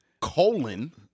colon